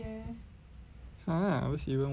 !huh! that's even worse